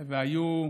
והיו,